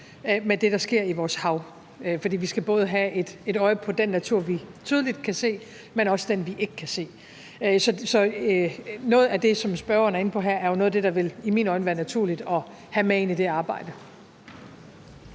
med det, der sker i vores hav. For vi skal både have et øje på den natur, vi tydeligt kan se, men også den, vi ikke kan se. Så noget af det, som spørgeren er inde på her, er jo noget af det, der i mine øjne vil være naturligt at have med ind i det arbejde.